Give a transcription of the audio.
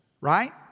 Right